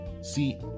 See